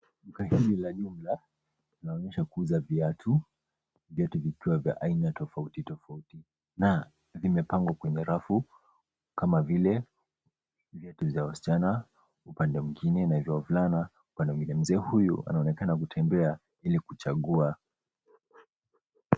Duka hili ya jumla linaonyesha kuuza viatu. Viatu vikiwa vya aina tofauti tofauti na limepangwa kwenye rafu kama vile viatu za wasichana, upande mwingine kuna vya wavulana upande mwingine. Mzee huyu anaonekana kutembea ili kuchagua,